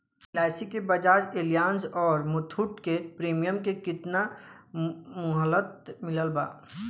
LIC Bajaj Allianz आउर मुथूट के premium के केतना मुहलत मिलल बा?